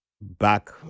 back